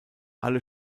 alle